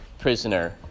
prisoner